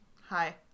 Hi